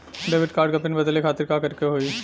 Debit card क PIN बदले खातिर का करेके होई?